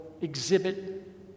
exhibit